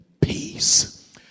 peace